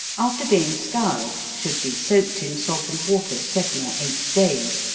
after being scoured, should be soaked in salt and water seven or eight days,